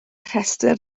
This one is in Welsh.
rhestr